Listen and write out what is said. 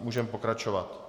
Můžeme pokračovat.